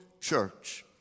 church